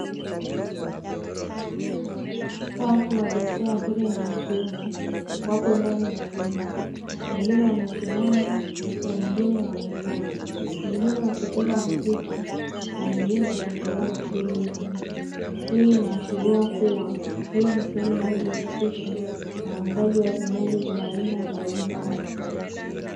Watu wa jinsia ya kike na kiume wapo ndani ya jengo wengine wamesimama na wengine wamekaa, wengine wakicheza mziki na wengine wkaiendelea na shughuli nyengine. Hii inaashiria kuwa hii ni sehemu inayojihusisha na uuzaji wa vinywaji vya aina mbalimbali.